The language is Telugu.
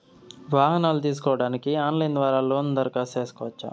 వాహనాలు తీసుకోడానికి ఆన్లైన్ ద్వారా లోను దరఖాస్తు సేసుకోవచ్చా?